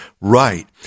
right